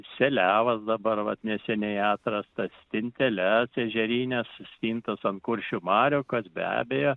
seliavas dabar vat neseniai atrastas stinteles ežerines stintos ant kuršių marių kas be abejo